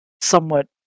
somewhat